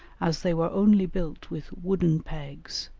as they were only built with wooden pegs,